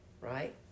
right